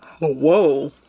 whoa